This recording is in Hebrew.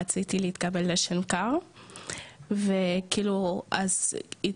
רציתי להתקבל לשנקר אז התקשרתי,